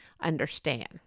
understand